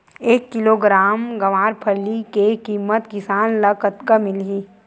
एक किलोग्राम गवारफली के किमत किसान ल कतका मिलही?